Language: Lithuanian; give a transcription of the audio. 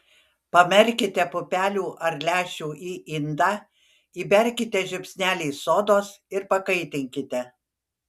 pamerkite pupelių ar lęšių į indą įberkite žiupsnelį sodos ir pakaitinkite